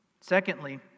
Secondly